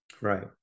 right